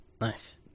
Nice